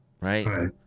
right